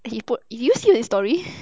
oh my god did you see his story